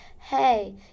Hey